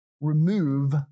remove